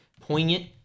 poignant